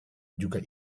juga